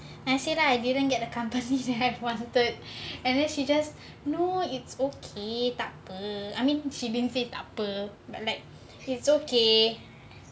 I said I didn't get the companies that I wanted to and then she just no it's okay takpe I mean she been didn't say takpe but like it's okay